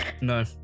no